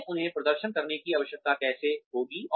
हमें उन्हें प्रदर्शन करने की आवश्यकता कैसे होगी